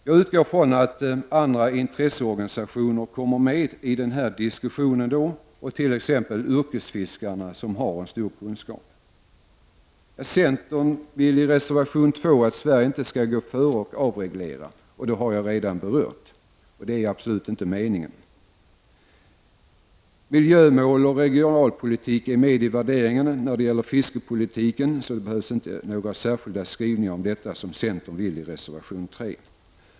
Jag utgår ifrån att andra intresseorganisationer kommer med i diskussionen, t.ex. yrkesfiskarna, vilka har stor kunskap. Centern vill i reservation 2 att Sverige inte skall gå före och avreglera. Den frågan har jag redan berört. Det är absolut inte meningen. Miljömål och regionalpolitik är med i värderingen när det gäller fiskepolitiken. Det behövs därför inte några särskilda skrivningar om detta, vilket centern vill i reservation 3.